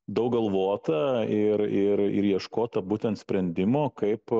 daug galvota ir ir ir ieškota būtent sprendimo kaip